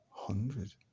Hundred